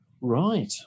Right